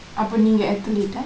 அப்ப நீங்க:appa neengka athelete